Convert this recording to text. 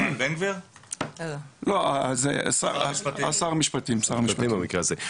שר המשפטים במקרה הזה.